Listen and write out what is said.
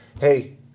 Hey